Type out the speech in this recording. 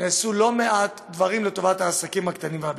נעשו לא מעט דברים לטובת העסקים הקטנים והבינוניים.